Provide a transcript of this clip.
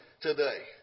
today